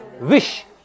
wish